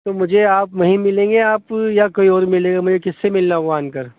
تو مجھے آپ وہیں ملیں گے آپ یا کوئی اور ملیں گے مجھے کس سے ملنا وہاں آن کر